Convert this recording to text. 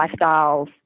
lifestyles